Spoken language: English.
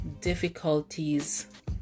difficulties